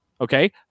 Okay